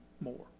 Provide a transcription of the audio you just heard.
more